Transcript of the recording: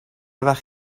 وخت